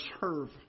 serve